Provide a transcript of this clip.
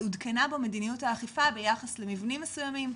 עודכנה בו מדניות האכיפה ביחס למבנים מסוימים,